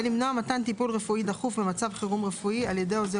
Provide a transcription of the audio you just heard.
למנוע מתן טיפול רפואי דחוף במצב חירום רפואי על ידי עוזר